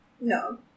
No